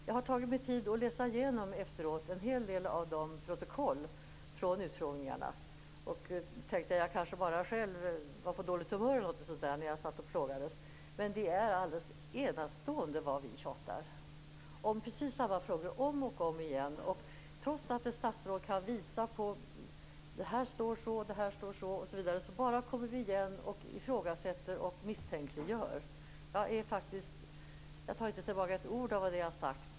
Jag har tagit mig tid att läsa igenom en hel del av protokollen från utfrågningarna - jag tänkte att jag själv kanske bara var på dåligt humör när jag satt och plågade mig igenom dem. Men det är alldeles enastående vad vi tjatar om precis samma frågor som ställs om och om igen. Trots att ett statsråd kan visa på hur det står skrivet ifrågasätter vi bara och misstänkliggör. Jag tar inte tillbaka ett ord av det som jag har sagt.